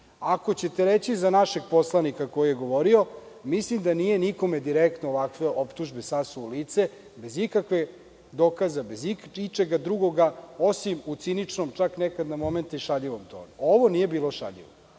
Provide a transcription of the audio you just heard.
Ako ćete reći za našeg poslanika koji je govorio, mislim da nije nikome direktno ovakve optužbe sasuo u lice, bez ikakvih dokaza, bez ičega drugoga, osim u ciničnom, čak nekada na momente i šaljivom tonu, a ovo nije bilo šaljivo.